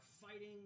fighting